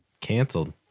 canceled